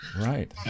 Right